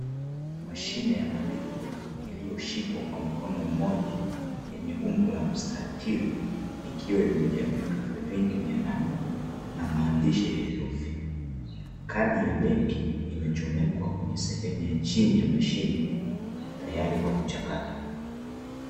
Mashine ya malipo iliyoshikwa kwa mkono mmoja, yenye umbo la mstatili ikiwa imejaa vitufe vingi vya namba na maandishi ya herufi. Kadi ya benki imechomekwa kwenye sehemu ya chini ya mashine, tayari kwa kuchakatwa.